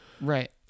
right